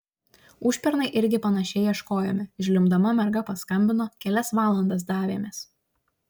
užpernai irgi panašiai ieškojome žliumbdama merga paskambino kelias valandas davėmės